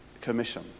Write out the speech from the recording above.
commission